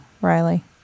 riley